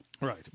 Right